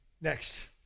Next